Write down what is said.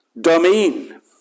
domain